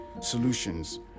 solutions